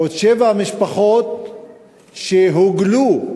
ועוד שבע משפחות הוגלו,